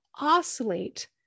oscillate